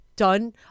done